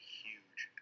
huge